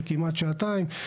של כמעט שעתיים.